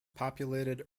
populated